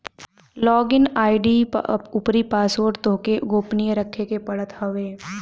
log in ID अउरी password तोहके गोपनीय रखे के पड़त हवे